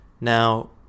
Now